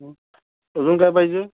हा अजून काय पाहिजे